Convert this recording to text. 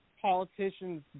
politicians